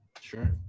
Sure